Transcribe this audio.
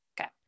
Okay